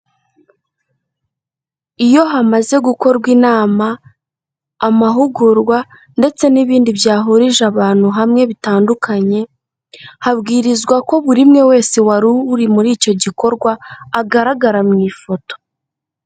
Iyo hamaze gukorwa inama, amahugurwa ndetse n'ibindi byahurije abantu hamwe bitandukanye, habwirizwa ko buri umwe wese wari uri muri icyo gikorwa agaragara mu ifoto.